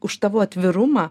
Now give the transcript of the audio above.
už tavo atvirumą